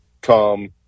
come